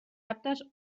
aptes